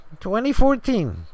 2014